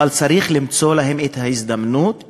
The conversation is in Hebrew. אבל צריך למצוא להם את ההזדמנות,